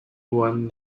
one